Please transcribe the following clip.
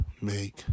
make